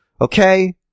Okay